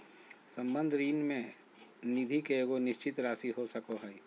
संबंध ऋण में निधि के एगो निश्चित राशि हो सको हइ